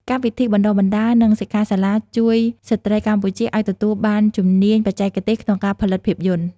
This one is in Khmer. កម្មវិធីបណ្តុះបណ្តាល និងសិក្ខាសាលាជួយស្ត្រីកម្ពុជាឱ្យទទួលបានជំនាញបច្ចេកទេសក្នុងការផលិតភាពយន្ត។